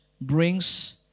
brings